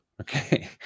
Okay